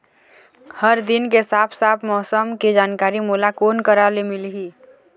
हर दिन के साफ साफ मौसम के जानकारी मोला कोन करा से मिलही?